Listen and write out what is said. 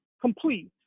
complete